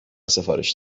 سفارش